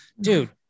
Dude